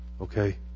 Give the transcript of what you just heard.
Okay